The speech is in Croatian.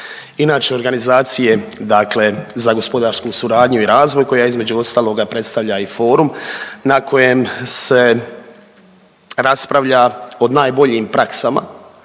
inače organizacije za gospodarsku suradnju i razvoj koja je između ostaloga predstavlja i forum na kojem se raspravlja o najboljim praksama.